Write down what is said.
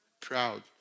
proud